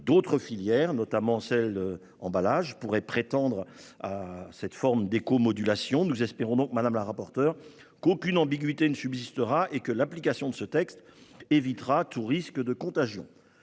D'autres filières, notamment celle des emballages, pourraient prétendre à l'écomodulation. Nous espérons donc, madame la rapporteure, qu'aucune ambiguïté ne subsistera et que l'application de ce texte évitera tout risque de contagion.